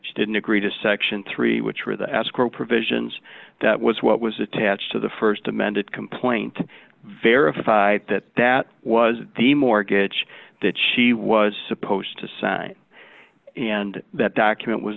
she didn't agree to section three which were the escrow provisions that was what was attached to the st amended complaint verified that that was the mortgage that she was supposed to sign and that document was